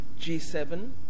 G7